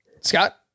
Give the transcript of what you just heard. Scott